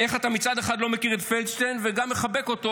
איך אתה מצד אחד לא מכיר את פלדשטיין וגם מחבק אותו